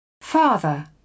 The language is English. Father